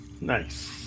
Nice